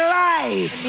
life